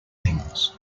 things